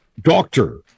doctor